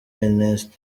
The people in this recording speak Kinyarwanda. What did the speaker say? ernest